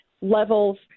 levels